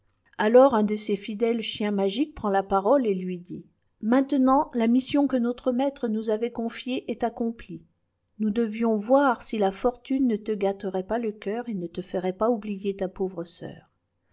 noël un de ses fidèles chiens magiques prend la parole et lui dit maintenant la mission que notre maître nous avait confiée est accomplie nous devions voir si la fortune ne te gâterait pas le cœur et ne te ferait pas oublier ta pauvre sœur